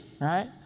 right